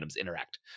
interact